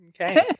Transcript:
Okay